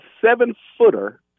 seven-footer